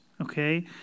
okay